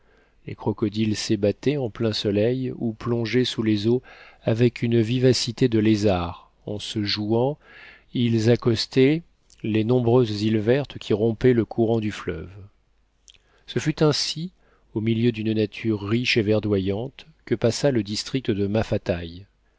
les crocodiles s'ébattaient en plein soleil ou plongeaient sous les eaux avec une vivacité de lézard en se jouant ils accostaient les nombreuses îles vertes qui rompaient le courant du fleuve ce fut ainsi au milieu d'une nature riche et verdoyante que passa le district de